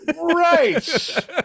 Right